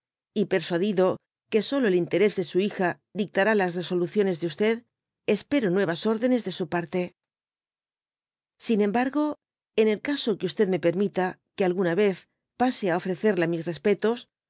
y persuadido que solo el interés de su hija dictará las reso luciones dé espero nuevas órdenes de su parte sin embargo en el caso que me permita que alguna vez pase á ofrecerla mis respetos